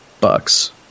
bucks